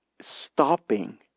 stopping